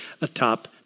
atop